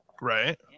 Right